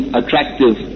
attractive